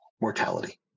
mortality